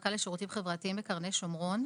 המחלקה לשירותים חברתיים בקרני שומרון.